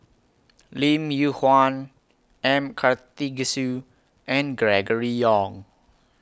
Lim Yew Kuan M Karthigesu and Gregory Yong